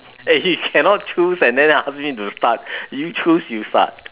eh you cannot choose and then ask me to start you choose you start